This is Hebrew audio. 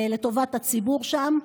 לטובת הציבור שם.